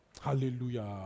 Hallelujah